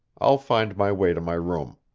i'll find my way to my room.